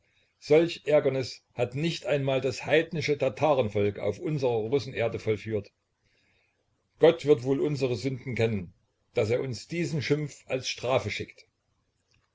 solch ärgernis hat nicht einmal das heidnische tatarenvolk auf unserer russenerde vollführt gott wird wohl unsere sünden kennen daß er uns diesen schimpf als strafe schickt